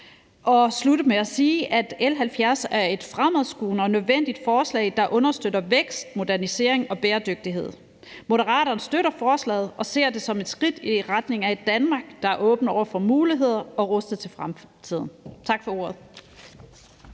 vil slutte med at sige, at L 70 er et fremadskuende og nødvendigt forslag, der understøtter vækst, modernisering og bæredygtighed. Moderaterne støtter forslaget og ser det som et skridt i retning af et Danmark, der er åbent over for muligheder og rustet til fremtiden. Tak for ordet.